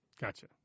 Gotcha